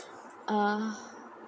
uh